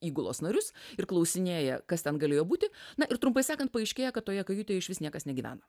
įgulos narius ir klausinėja kas ten galėjo būti na ir trumpai sakant paaiškėja kad toje kajutėje išvis niekas negyvena